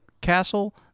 castle